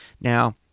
Now